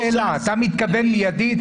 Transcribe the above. אדוני השר מתכוון מידית?